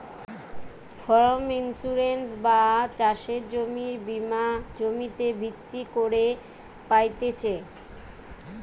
farm insurance বা চাষের জমির বীমা জমিতে ভিত্তি কইরে পাইতেছি